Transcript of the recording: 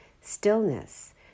stillness